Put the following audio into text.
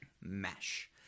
Mesh